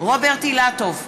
רוברט אילטוב,